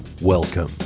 Welcome